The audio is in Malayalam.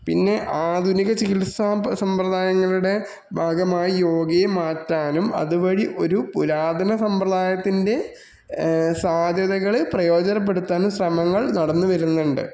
പിന്നെ ആധുനിക ചികിത്സാ സമ്പ്രദായങ്ങളുടെ ഭാഗമായി യോഗയെ മാറ്റാനും അതുവഴി ഒരു പുരാതന സമ്പ്രദായത്തിൻ്റെ സാധ്യതകൾ പ്രയോജനപ്പെടുത്താനും ശ്രമങ്ങൾ നടന്ന് വരുന്നുണ്ട്